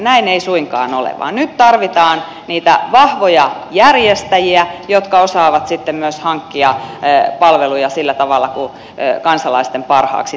näin ei suinkaan ole vaan nyt tarvitaan niitä vahvoja järjestäjiä jotka osaavat sitten myös hankkia palveluja sillä tavalla kuin kansalaisten parhaaksi tulee tehdä